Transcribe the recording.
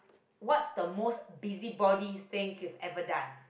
what's the most busybody thing you've ever done